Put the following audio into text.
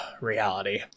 reality